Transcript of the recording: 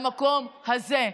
למקום הזה,